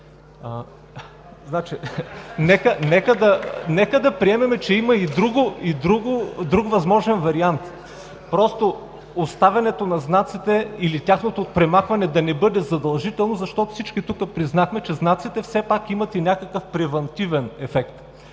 Нека да приемем, че има и друг възможен вариант – оставянето на знаците или тяхното премахване да не бъде задължително, защото всички тук признахме, че знаците все пак имат и някакъв превантивен ефект.